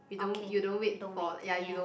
okay don't read ya